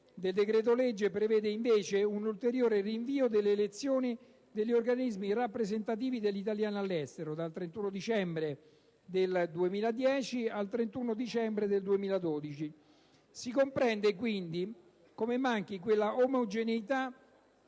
del decreto-legge prevede, invece, un ulteriore rinvio delle elezioni degli organismi rappresentativi degli italiani all'estero, dal 31 dicembre 2010 al 31 dicembre 2012. Si comprende, quindi, come manchi quella omogeneità